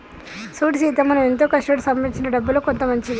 సూడు సీత మనం ఎంతో కష్టపడి సంపాదించిన డబ్బులో కొంత మంచిది